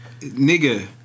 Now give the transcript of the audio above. Nigga